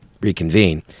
reconvene